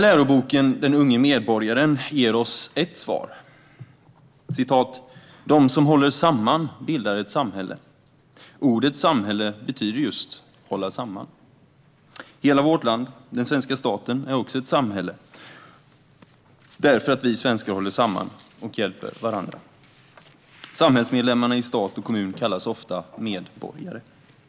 Läroboken Den unge medborgaren ger oss ett svar: De som håller samman bildar ett samhälle - Ordet samhälle betyder just hålla samman. - Hela vårt land, den svenska staten, är också ett samhälle, därför att vi svenskar håller samman och hjälper varandra. Samhällsmedlemmarna i stat och kommun kallas ofta medborgare.